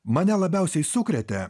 mane labiausiai sukrėtė